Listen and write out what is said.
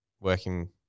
working